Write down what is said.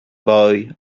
boy